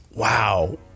wow